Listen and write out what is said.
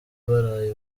baraye